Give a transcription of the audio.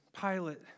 Pilate